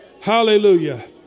Hallelujah